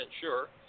sure